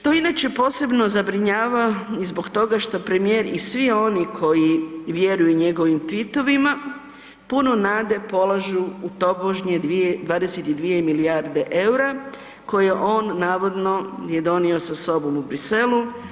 To inače posebno zabrinjava i zbog toga što premijer i svi oni koji vjeruju njegovim twitterovima puno nade polažu u tobožnje 22 milijarde eura koje je on navodno donio sa sobom u Bruxellesu.